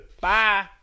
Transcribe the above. Bye